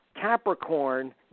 Capricorn